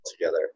together